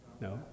No